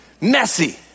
Messy